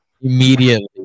Immediately